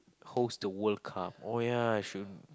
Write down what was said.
host the World Cup oh ya should